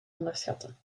onderschatten